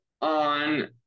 on